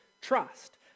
trust